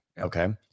Okay